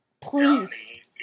please